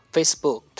Facebook